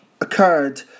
occurred